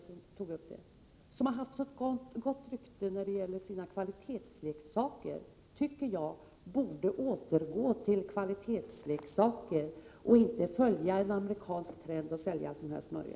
Det företaget har ju haft så gott rykte när det gäller kvalitetsleksaker, och jag tycker att man borde återgå till att producera kvalitetsleksaker och inte följa en amerikansk trend och sälja sådan här smörja.